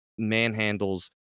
manhandles